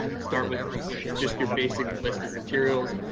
start with with just your basic list of materials.